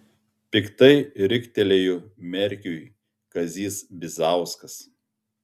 piktai riktelėjo merkiui kazys bizauskas